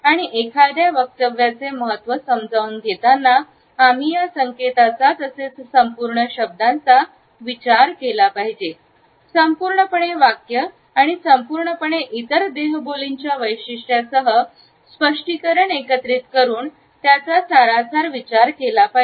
आणि एखाद्या वक्तव्याचे महत्त्व समजावून घेताना आम्ही या संकेतांचा तसेच संपूर्ण शब्दांचा विचार केला पाहिजे संपूर्णपणे वाक्ये आणि संपूर्णपणे इतर देहबोलीच्या वैशिष्ट्यांसह स्पष्टीकरण एकत्रित करून त्याचा सारासार विचार केला पाहिजे